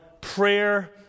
prayer